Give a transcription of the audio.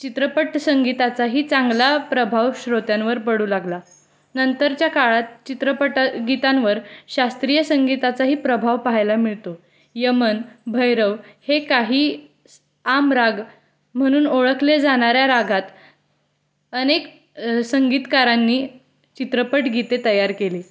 चित्रपट संगीताचाही चांगला प्रभाव श्रोत्यांवर पडू लागला नंतरच्या काळात चित्रपट गीतांवर शास्त्रीय संगीताचाही प्रभाव पाहायला मिळतो यमन भैरव हे काही आम राग म्हणून ओळखले जाणाऱ्या रागात अनेक संगीतकारांनी चित्रपट गीते तयार केले